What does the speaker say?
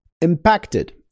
impacted